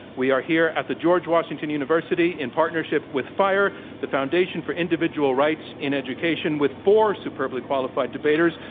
we are here at the george washington university in partnership with fire, the foundation for individual rights in education, with four superbly qualified debaters,